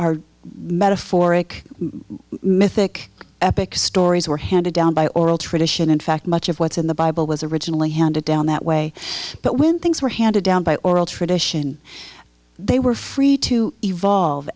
metaphoric mythic epic stories were handed down by oral tradition in fact much of what's in the bible was originally handed down that way but when things were handed down by oral tradition they were free to evolve